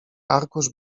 arkusz